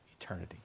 eternity